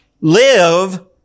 live